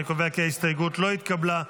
אני קובע כי ההסתייגות לא התקבלה.